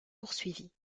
poursuivi